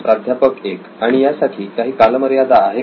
प्राध्यापक 1आणि यासाठी काही कालमर्यादा आहे का